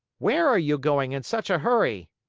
where are you going in such a hurry?